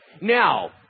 Now